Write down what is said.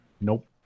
Nope